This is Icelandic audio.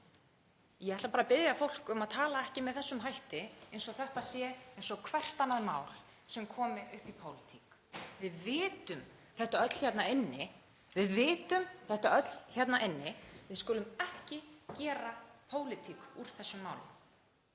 Ég ætla bara að biðja fólk um að tala ekki með þessum hætti, eins og þetta sé eins og hvert annað mál sem komi upp í pólitík. Við vitum þetta öll hérna inni. Við skulum ekki gera pólitík úr þessum málum.